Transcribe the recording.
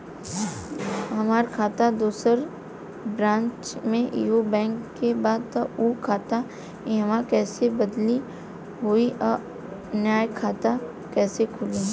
हमार खाता दोसर ब्रांच में इहे बैंक के बा त उ खाता इहवा कइसे बदली होई आ नया खाता कइसे खुली?